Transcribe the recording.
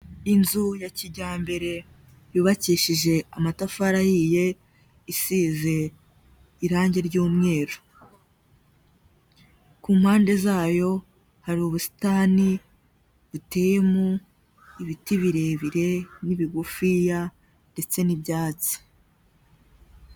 Inzu ya kijyambere yubakishije amatafari ahiye isize irangi ry'umweru, ku mpande zayo hari ubusitani buteyemo ibiti birebire n'ibigufiya ndetse n'ibyatsi.